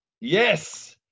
Yes